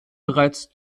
bereits